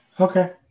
Okay